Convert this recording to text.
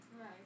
Right